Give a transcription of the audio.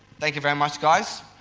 thank you very much guys,